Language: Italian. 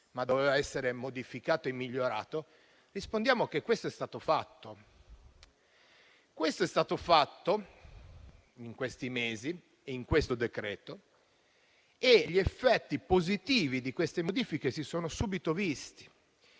ma doveva essere modificato e migliorato, rispondiamo che ciò è stato fatto, negli ultimi mesi e in questo decreto, e gli effetti positivi delle modifiche si sono subito visti.